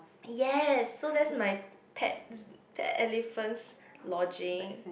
yes so that's my pet elephant's lodging